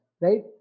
right